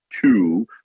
two